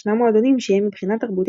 ישנם מועדונים שהם מבחינה תרבותית